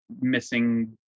missing